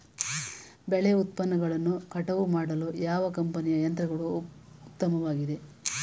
ಬೆಳೆ ಉತ್ಪನ್ನಗಳನ್ನು ಕಟಾವು ಮಾಡಲು ಯಾವ ಕಂಪನಿಯ ಯಂತ್ರಗಳು ಉತ್ತಮವಾಗಿವೆ?